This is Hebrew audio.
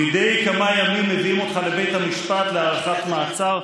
מדי כמה ימים מביאים אותך לבית המשפט להארכת מעצר,